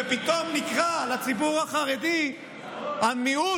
ופתאום נקרא לציבור החרדי "המיעוט",